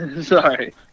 Sorry